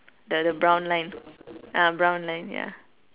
the the brown line ah brown line ya